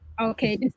okay